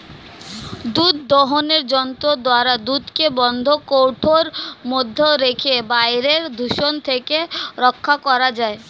দুধ দোহনের যন্ত্র দ্বারা দুধকে বন্ধ কৌটোর মধ্যে রেখে বাইরের দূষণ থেকে রক্ষা করা যায়